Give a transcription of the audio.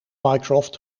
mycroft